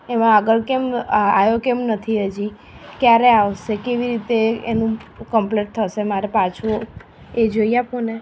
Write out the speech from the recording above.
એમાં આગળ કેમ આવ્યો કેમ નથી હજી ક્યારે આવશે કેવી રીતે એનું કમ્પ્લેટ થશે મારે પાછું એ જોઈ આપોને